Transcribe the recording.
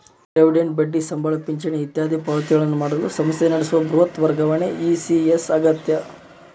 dividend ಬಡ್ಡಿ ಸಂಬಳ ಪಿಂಚಣಿ ಇತ್ಯಾದಿ ಪಾವತಿಗಳನ್ನು ಮಾಡಲು ಸಂಸ್ಥೆ ನಡೆಸುವ ಬೃಹತ್ ವರ್ಗಾವಣೆ ಇ.ಸಿ.ಎಸ್ ಆಗ್ಯದ